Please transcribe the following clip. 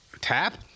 Tap